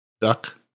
Duck